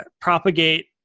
propagate